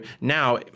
now